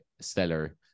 stellar